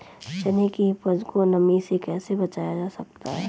चने की उपज को नमी से कैसे बचाया जा सकता है?